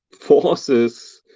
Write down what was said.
forces